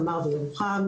תמר וירוחם,